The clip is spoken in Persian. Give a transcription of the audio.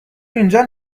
اینجا